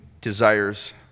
desires